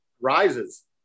rises